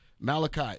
Malachi